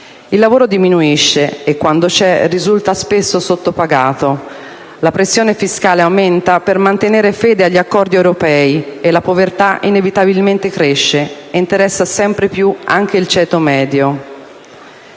Il lavoro diminuisce e quando c'è risulta spesso sottopagato. La pressione fiscale aumenta per mantenere fede agli accordi europei e la povertà inevitabilmente cresce e interessa sempre più anche il ceto medio.